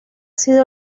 sido